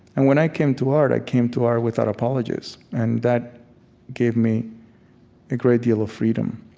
and when i came to art, i came to art without apologies. and that gave me a great deal of freedom